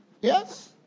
Yes